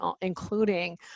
including